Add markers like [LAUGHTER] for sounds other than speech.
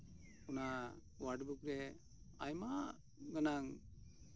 ᱚᱱᱟ word book ᱨᱮ ᱟᱭᱢᱟ [UNINTELLIGIBLE] ᱜᱟᱱ